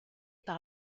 par